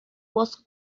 was